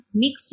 mix